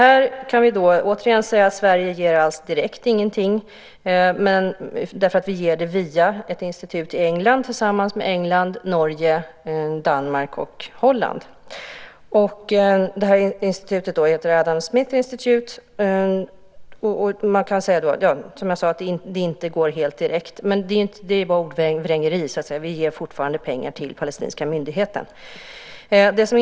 Vi kan säga att Sverige inte ger någonting direkt. Vi ger det via ett institut i England tillsammans med England, Norge, Danmark och Holland. Institutet heter Adam Smith Institute. Det går inte helt direkt, men det är bara ordvrängeri. Vi ger fortfarande pengar till Palestinska myndigheten.